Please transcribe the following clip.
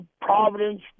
Providence